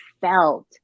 felt